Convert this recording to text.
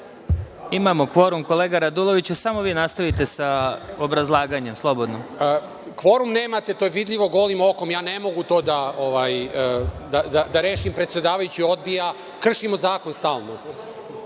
Imamo kvorum, kolega Raduloviću, samo vi nastavite sa obrazlaganjem, slobodno. **Saša Radulović** Kvorum nemate, to je vidljivo golim okom, ja to ne mogu da rešim. Predsedavajući odbija, kršimo zakon stalno.